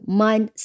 mind